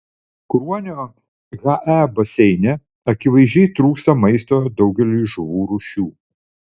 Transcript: kruonio hae baseine akivaizdžiai trūksta maisto daugeliui žuvų rūšių